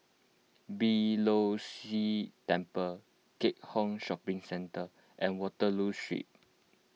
Beeh Low See Temple Keat Hong Shopping Centre and Waterloo Street